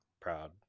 proud